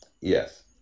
Yes